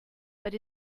but